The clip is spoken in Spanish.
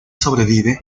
sobrevive